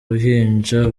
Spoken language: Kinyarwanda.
ruhinja